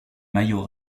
maillot